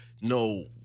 no